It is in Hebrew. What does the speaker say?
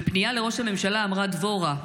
בפנייה לראש הממשלה אמרה דבורה,